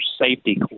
safety